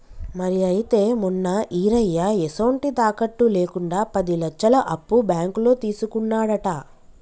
మరి అయితే మొన్న ఈరయ్య ఎసొంటి తాకట్టు లేకుండా పది లచ్చలు అప్పు బాంకులో తీసుకున్నాడట